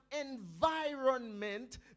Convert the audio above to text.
environment